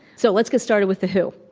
so, let's get started with the who.